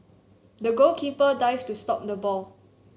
the goalkeeper dived to stop the ball